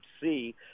see